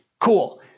Cool